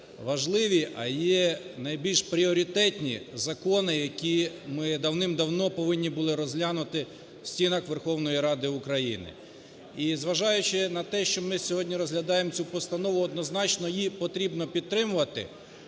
важливі, а є найбільш пріоритетні закони, які ми давним-давно повинні були розглянути в стінах Верховної Ради України. І зважаючи на те, що ми сьогодні розглядаємо цю постанову, однозначно, її потрібно підтримувати.